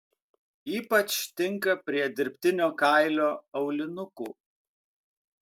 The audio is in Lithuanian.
ypač tinka prie dirbtinio kailio aulinukų